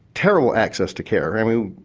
terrible access to care i mean,